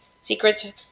Secrets